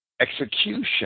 execution